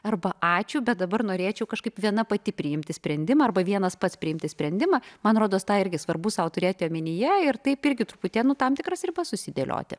arba ačiū bet dabar norėčiau kažkaip viena pati priimti sprendimą arba vienas pats priimti sprendimą man rodos tą irgi svarbu sau turėti omenyje ir taip irgi truputėlį nu tam tikras ribas susidėlioti